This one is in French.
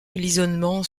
l’isolement